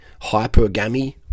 hypergamy